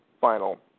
final